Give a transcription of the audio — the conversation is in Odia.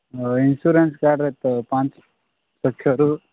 ଆଉ ଇନ୍ସୁରାନ୍ସ୍ କାର୍ଡ଼୍ରେ ତ ପାଞ୍ଚ ଲକ୍ଷରୁ